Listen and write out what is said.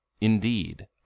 Indeed